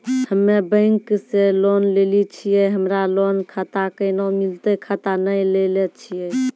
हम्मे बैंक से लोन लेली छियै हमरा लोन खाता कैना मिलतै खाता नैय लैलै छियै?